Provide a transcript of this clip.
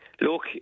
Look